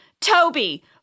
Toby